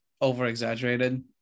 over-exaggerated